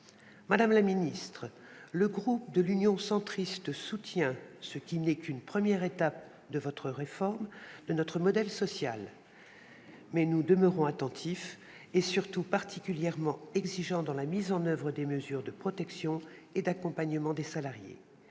Madame la ministre, le groupe Union Centriste soutient ce qui n'est qu'une première étape de votre réforme de notre modèle social. Nous demeurerons néanmoins attentifs et surtout particulièrement exigeants quant à la mise en oeuvre des mesures de protection et d'accompagnement des salariés.